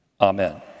amen